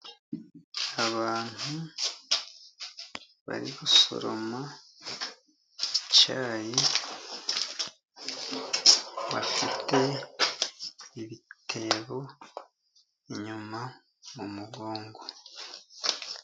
Abantu bari gusoroma icyayi, bafite ibitebo inyuma mu mugongo.